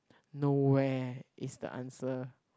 no where is the answer